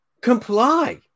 comply